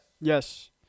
yes